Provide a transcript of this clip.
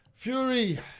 Fury